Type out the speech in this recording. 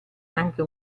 anche